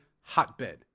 hotbed